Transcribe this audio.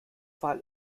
weil